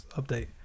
update